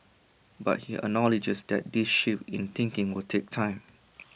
but he acknowledges that this shift in thinking will take time